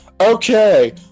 Okay